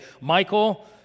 Michael